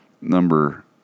Number